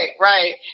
right